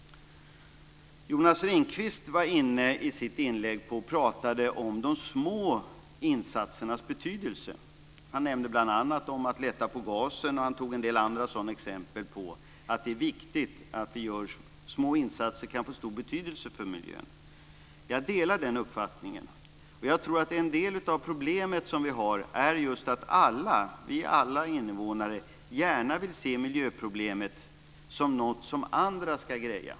Jonas Ringqvist pratade i sitt inlägg om de små insatsernas betydelse. Han talade om att lätta på gasen och tog upp en del andra exempel på att det är viktigt att vi gör små insatser som kan få stor betydelse för miljön. Jag delar den uppfattningen. Jag tror att en del av vårt problem är att alla, alla vi invånare, gärna vill se miljöproblemet som något som andra ska greja.